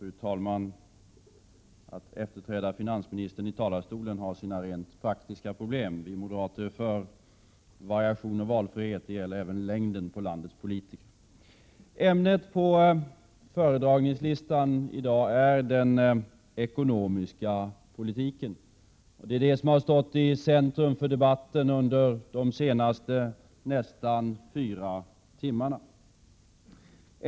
Fru talman! Att efterträda finansministern i talarstolen har sina rent praktiska problem. Vi moderater är för variation och valfrihet, och det gäller även längden på landets politiker. Ämnet på föredragningslistan i dag är den ekonomiska politiken. Det är den som har stått i centrum för debatten under de senaste nästan fyra timmarna.